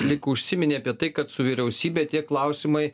lyg užsiminė apie tai kad su vyriausybe tie klausimai